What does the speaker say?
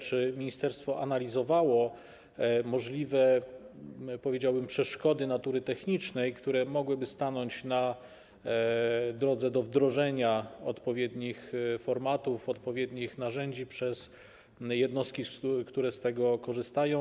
Czy ministerstwo analizowało możliwe - powiedziałbym - przeszkody natury technicznej, które mogłyby stanąć na drodze do wdrożenia odpowiednich formatów, odpowiednich narzędzi przez jednostki, które z tego korzystają?